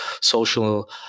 social